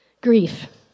grief